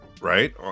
right